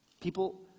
People